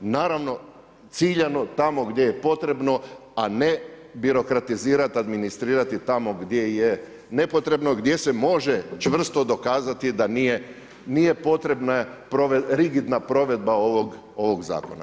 Naravno, ciljano tamo gdje je potrebno, a ne birokratizirati, administrirati tamo gdje je nepotrebno, gdje se može čvrsto dokazati da nije potrebna rigidna provedba ovog Zakona.